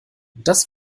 das